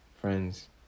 Friends